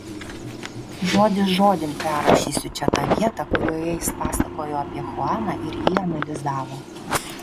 žodis žodin perrašysiu čia tą vietą kurioje jis pasakojo apie chuaną ir jį analizavo